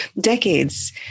decades